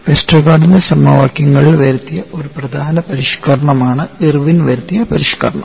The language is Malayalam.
വെസ്റ്റർഗാർഡിന്റെ സമവാക്യങ്ങളിൽ വരുത്തിയ ഒരു പ്രധാന പരിഷ്ക്കരണമാണ് ഇർവിൻ വരുത്തിയ പരിഷ്ക്കരണം